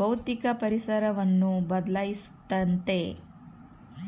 ಭೌತಿಕ ಪರಿಸರವನ್ನು ಬದ್ಲಾಯಿಸ್ತತೆ